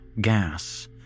gas